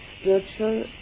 spiritual